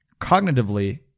cognitively